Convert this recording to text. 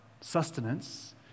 sustenance